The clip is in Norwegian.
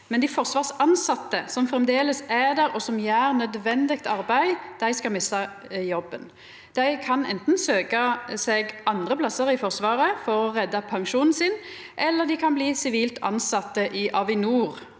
men dei forsvarstilsette, som framleis er der og gjer nødvendig arbeid, skal mista jobben. Dei kan anten søkja seg andre plassar i Forsvaret for å redda pensjonen sin, eller dei kan bli sivilt tilsette i Avinor.